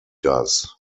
does